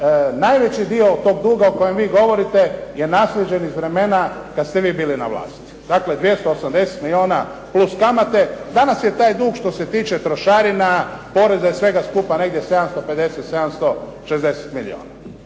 najveći dio toga duga o kojem vi govorite je naslijeđen iz vremena kada ste vi bili na vlasti. Dakle, 280 milijuna plus kamate. Danas je taj dug što se tiče trošarina, poreza i sve skupa, negdje 750, 760 milijuna.